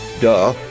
duh